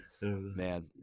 Man